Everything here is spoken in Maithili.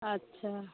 अच्छा